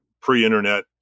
pre-internet